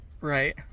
Right